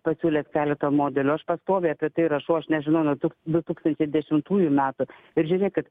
pasiūlęs keletą modelių aš pastoviai apie tai rašau aš nežinau nuo du tūkstančiai dešimtųjų metų ir žiūrėkit